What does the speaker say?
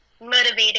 motivated